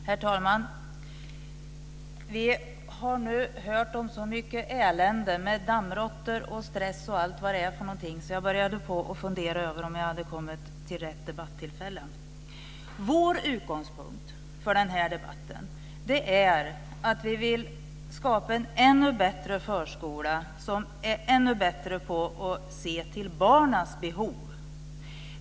Herr talman! Vi har nu hört om så mycket elände med dammråttor, stress osv., så jag började fundera över om jag hade kommit till rätt debatt. Vår utgångspunkt för debatten är att vi vill skapa en ännu bättre förskola som är ännu bättre på att se till barnens behov.